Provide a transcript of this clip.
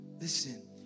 Listen